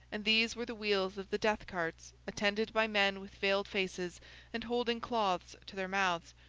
and these were the wheels of the death-carts, attended by men with veiled faces and holding cloths to their mouths,